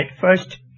first